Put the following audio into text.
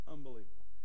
Unbelievable